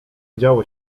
działo